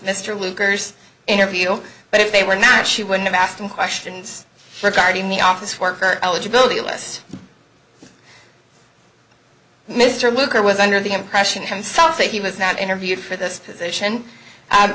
mr lugar's interview but if they were not she would have asked them questions regarding the office worker eligibility list mr luker was under the impression himself that he was not interviewed for this position